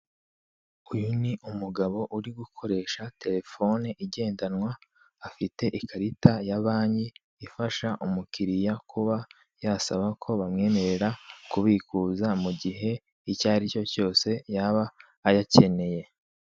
Uyu ni umugabo uri gukoresha terefone igendanwa, afite ikarita ya banki ifasha umukiriya kuba yasaba ko bamwemerera kubikuza mu gihe icyo ari cyo cyose yaba ayakeneye.